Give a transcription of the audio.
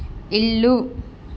ఇల్లు